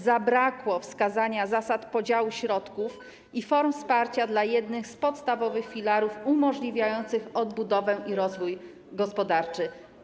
Zabrakło wskazania zasad podziału środków i from wsparcia dla jednych z podstawowych filarów umożliwiających odbudowę i rozwój gospodarczy.